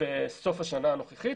בסוף השנה הנוכחית.